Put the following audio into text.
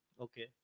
Okay